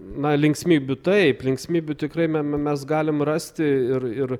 na linksmybių taip linksmybių tikrai mes galim rasti ir ir